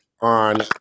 on